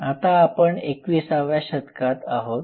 आता आपण एकविसाव्या शतकात आहोत